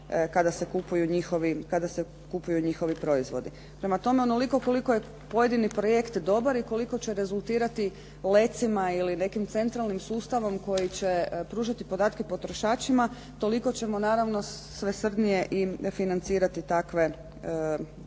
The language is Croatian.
kada se kupuju njihovi proizvodi. Prema tome, onoliko koliko je pojedini projekt dobar i koliko će rezultirati lecima ili nekim centralnim sustavom koji će pružati podatke potrošačima toliko ćemo naravno svesrdnije i financirati takve projekte.